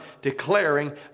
declaring